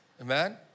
Amen